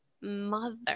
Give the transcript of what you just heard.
mother